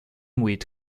muid